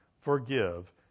forgive